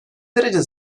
derece